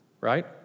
right